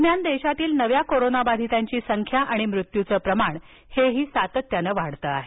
दरम्यान देशातील नव्या कोरोनाबाधितांची संख्या आणि मृत्यूचं प्रमाण सातत्यानं वाढतं आहे